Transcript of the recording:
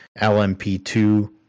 LMP2